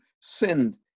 sinned